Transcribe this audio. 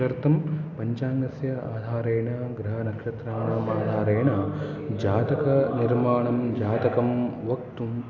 तदर्थं पञ्चाङ्गस्य आधारेण ग्रहनक्षत्राणाम् आधारेन जातकनिर्माणं जातकं वक्तुं